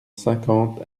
cinquante